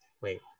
Wait